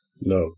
No